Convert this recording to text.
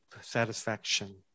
satisfaction